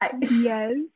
Yes